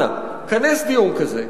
אנא, כנס דיון כזה,